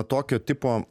tokio tipo